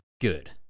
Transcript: Good